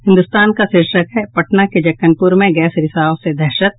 हिन्दुस्तान का शीर्षक है पटना के जक्कनपुर में गैस रिसाव से दहशत